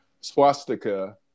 swastika